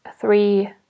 three